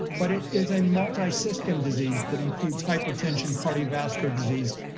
but it is a multi system disease that includes hypertension, cardiovascular disease,